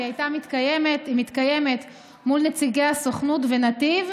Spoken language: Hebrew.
והיא התקיימה ומתקיימת מול נציגי הסוכנות ונתיב,